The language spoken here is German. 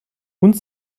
und